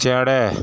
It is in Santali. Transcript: ᱪᱮᱬᱮ